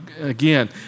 again